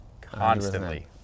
constantly